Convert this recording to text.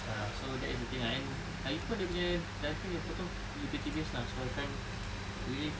ah so that is the thing and lagipun dia punya I think dia potong tipis-tipis lah so I can't really